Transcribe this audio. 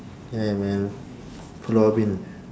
yeah man pulau ubin